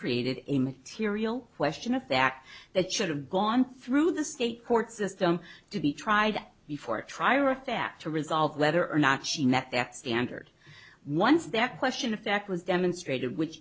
created a material question of the act that should have gone through the state court system to be tried before trial or back to resolve whether or not she met that standard once that question of fact was demonstrated which